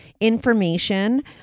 information